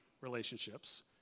relationships